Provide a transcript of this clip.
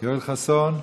יואל חסון,